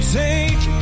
take